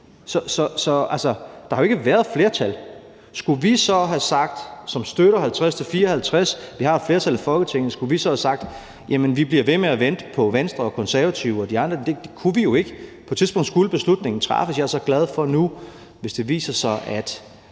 der har jo ikke været et flertal. Skulle vi, som støtter 50-54-procentsmålet, og som har flertallet i Folketinget, så have sagt: Vi bliver ved med at vente på Venstre, Konservative og de andre? Det kunne vi jo ikke. På et tidspunkt skulle beslutningen træffes. Jeg er glad for, hvis det nu viser sig, at